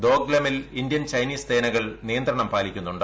ദോക്ലമിൽ Indian Chinese സേനകൾ നിയന്ത്രണം പാലിക്കുന്നുണ്ട്